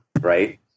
right